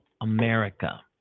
America